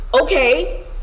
okay